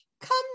come